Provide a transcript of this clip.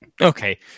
Okay